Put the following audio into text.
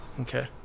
Okay